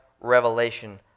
revelation